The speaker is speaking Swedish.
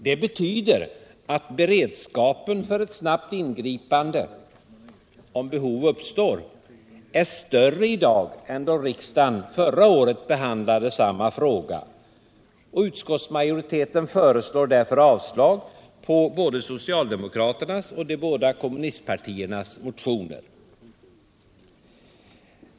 Det betyder att beredskapen för ett snabbt ingripande om behov uppstår är större i dag än då riksdagen förra året behandlade samma fråga. och utskottsmajoriteten föreslår därför avslag på både socialdemokraternas och de båda kommunistpartiernas motioner.